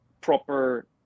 proper